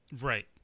Right